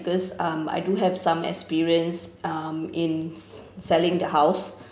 because um I do have some experience um in s~ selling the house